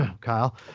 Kyle